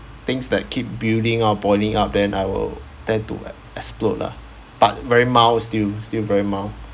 things that keep building up boiling up then I will tend to e~ explode lah but very mild still still very mild